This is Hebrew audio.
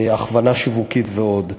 הכוונה שיווקית ועוד.